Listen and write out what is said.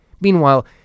Meanwhile